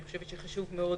אני חושבת שחשוב מאוד